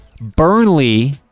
Burnley